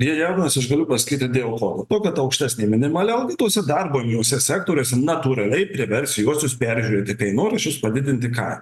jie jaudinasi aš galiu pasakyti dėl ko todėl kad aukštesnė minimali alga tuose darbo sektoriuose natūraliai privers juosius peržiūrėti kainoraščius padidinti ką